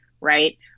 Right